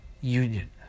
union